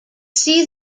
see